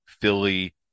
philly